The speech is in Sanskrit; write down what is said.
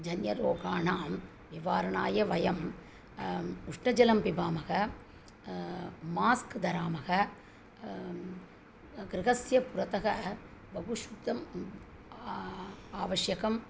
जन्यरोगाणां निवारणाय वयम् उष्णजलं पिबामः मास्क् धरामः गृहस्य पुरतः बहु शुद्धम् आवश्यकम्